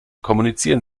kommunizieren